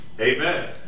Amen